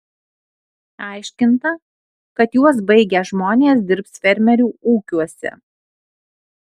aiškinta kad juos baigę žmonės dirbs fermerių ūkiuose